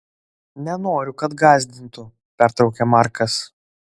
nenoriu kad gąsdintų pertraukia markas